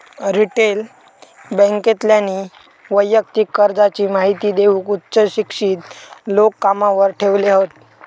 retail बॅन्केतल्यानी वैयक्तिक कर्जाची महिती देऊक उच्च शिक्षित लोक कामावर ठेवले हत